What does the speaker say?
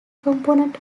component